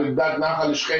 על גדת נחל שכם,